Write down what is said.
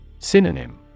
Synonym